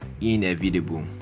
inevitable